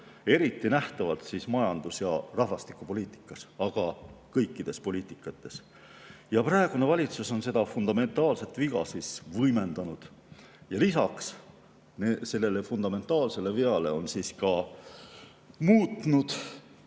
eriti nähtavalt majandus- ja rahvastikupoliitikas, aga ka kõikides poliitikates. Praegune valitsus on seda fundamentaalset viga võimendanud. Lisaks sellele fundamentaalsele veale on ta ka muutnud